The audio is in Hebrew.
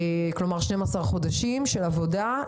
כלומר 12 חודשים של עבודה,